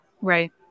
Right